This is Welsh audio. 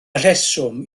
rheswm